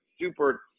super